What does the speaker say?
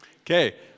Okay